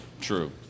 True